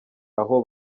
aho